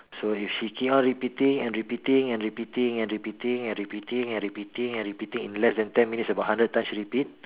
so if she keep on repeating and repeating and repeating and repeating and repeating and repeating and repeating in less than ten minutes about hundred times she repeat